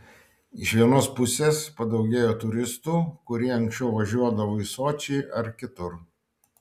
iš vienos pusės padaugėjo turistų kurie anksčiau važiuodavo į sočį ar kitur